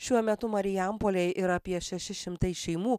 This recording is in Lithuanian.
šiuo metu marijampolėj yra apie šeši šimtai šeimų